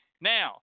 Now